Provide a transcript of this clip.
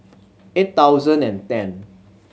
eight thousand and ten